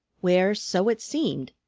where, so it seemed,